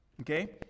Okay